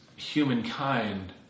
humankind